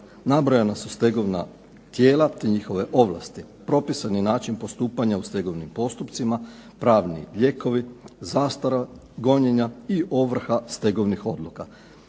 Nabrojana su stegovna tijela, te njihove ovlasti. Propisan je način postupanja u stegovnim postupcima, pravni lijekovi, zastara gonjenja i ovrha stegovnih odluka.